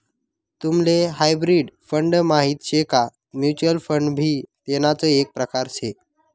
तुम्हले hybrid fund माहित शे का? म्युच्युअल फंड भी तेणाच एक प्रकार से